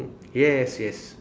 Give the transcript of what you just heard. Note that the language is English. yes yes